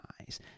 eyes